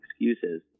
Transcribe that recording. excuses